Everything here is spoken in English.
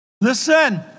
Listen